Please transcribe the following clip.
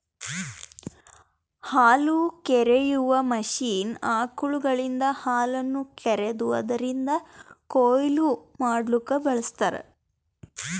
ಹಾಲುಕರೆಯುವ ಮಷೀನ್ ಆಕಳುಗಳಿಂದ ಹಾಲನ್ನು ಕರೆದು ಅದುರದ್ ಕೊಯ್ಲು ಮಡ್ಲುಕ ಬಳ್ಸತಾರ್